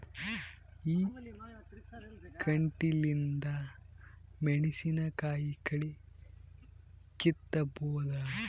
ಈ ಕಂಟಿಲಿಂದ ಮೆಣಸಿನಕಾಯಿ ಕಳಿ ಕಿತ್ತಬೋದ?